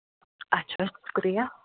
اَچھا شُکرِیا